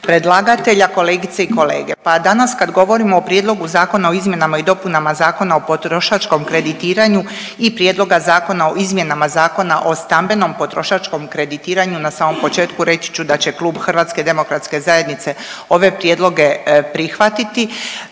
predlagatelja, kolegice i kolege. Pa danas kada govorimo o Prijedlogu zakona o izmjenama i dopunama Zakona o potrošačkom kreditiranju i Prijedloga zakona o izmjenama Zakona o stambenom potrošačkom kreditiranja na samom početku reći ću da će klub HDZ-a ove prijedloge prihvatiti.